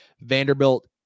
Vanderbilt